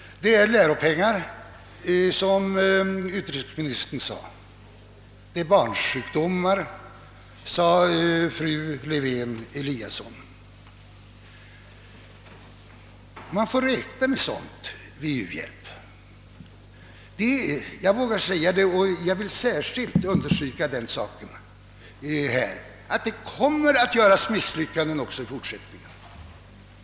Det är lärpengar, som utrikesministern sade. Det är barnsjukdomar, sade fru Lewén Eliasson. Man får räkna med sådant när det gäller u-hjälp. Jag vågar säga detta, vilket jag särskilt vill understryka, att det kommer att göras misstag också i fortsättningen.